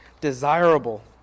desirable